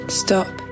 stop